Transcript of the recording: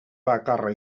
bakarra